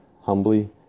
humbly